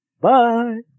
Bye